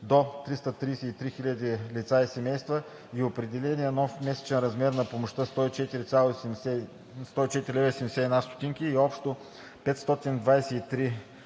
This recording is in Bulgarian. до 333 000 лица и семейства и определения нов месечен размер на помощта 104,71 лв. и общо 523,55 лв.